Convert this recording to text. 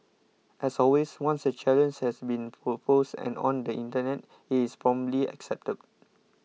as always once a challenge has been proposed and on the Internet it is promptly accepted